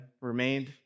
remained